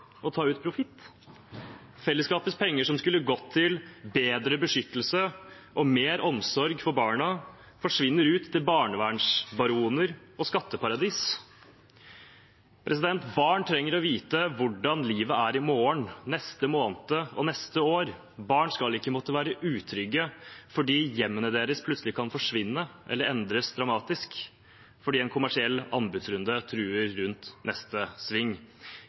ta ut profitt. Fellesskapets penger som skulle gått til bedre beskyttelse og mer omsorg for barna, forsvinner ut til barnevernsbaroner og skatteparadis. Barn trenger å vite hvordan livet er i morgen, neste måned og neste år. Barn skal ikke måtte være utrygge fordi hjemmet deres plutselig kan forsvinne eller endres dramatisk fordi en kommersiell anbudsrunde truer rundt neste sving.